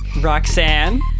Roxanne